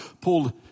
pulled